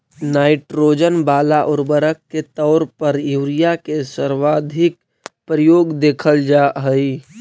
nitrogen वाला उर्वरक के तौर पर यूरिया के सर्वाधिक प्रयोग देखल जा हइ